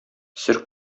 сер